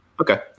okay